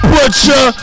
Butcher